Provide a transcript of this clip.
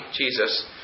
Jesus